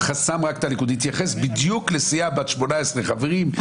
התייחס בדיוק לסיעה בת 18 חברים,